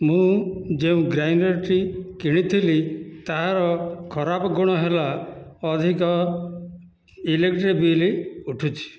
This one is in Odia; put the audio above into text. ମୁଁ ଯେଉଁ ଗ୍ରାଇଣ୍ଡରଟି କିଣିଥିଲି ତାହାର ଖରାପ ଗୁଣ ହେଲା ଅଧିକ ଇଲେକ୍ଟ୍ରିକ୍ ବିଲ୍ ଉଠୁଛି